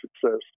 success